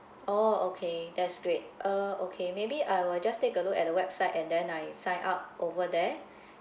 oh okay that's great uh okay maybe I will just take a look at the website and then I sign up over there